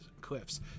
cliffs